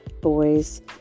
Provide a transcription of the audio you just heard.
boys